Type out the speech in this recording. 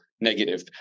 negative